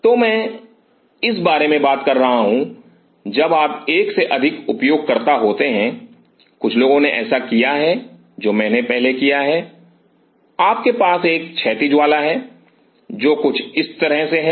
तो मैं इस बारे में बात कर रहा हूं जब आप एक से अधिक उपयोगकर्ता होते हैं कुछ लोगों ने ऐसा किया है जो मैंने पहले किया है आपके पास एक क्षैतिज वाला है जो कुछ इस तरह है